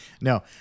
No